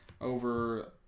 Over